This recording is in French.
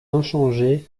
inchangé